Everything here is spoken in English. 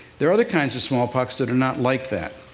there are other kinds of smallpox that are not like that.